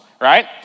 right